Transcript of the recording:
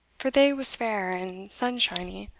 for the day was fair and sun-shiney.